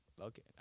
Okay